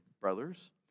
brothers